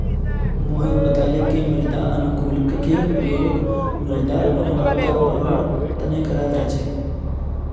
मोहित बताले कि मृदा अनुकूलककेर प्रयोग मृदारेर गुणवत्ताक बढ़वार तना कराल जा छेक